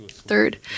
Third